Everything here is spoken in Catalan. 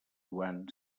joan